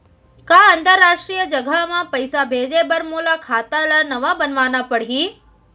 का अंतरराष्ट्रीय जगह म पइसा भेजे बर मोला खाता ल नवा बनवाना पड़ही?